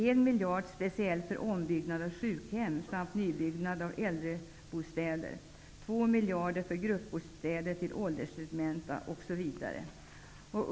En miljard var avsedd speciellt för ombyggnad av sjukhem samt nybyggnad av äldrebostäder. Två miljarder avsattes för gruppbostäder för åldersdementa osv.